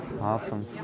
Awesome